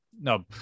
no